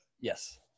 Yes